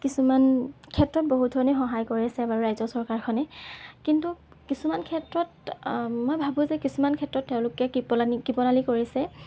কিছুমান ক্ষেত্ৰত বহু ধৰণে সহায় কৰিছে বাৰু ৰাজ্য চৰকাৰখনে কিন্তু কিছুমান ক্ষেত্ৰত মই ভাবোঁ যে কিছুমান ক্ষেত্ৰত তেওঁলোকে কৃপনালি কৰিছে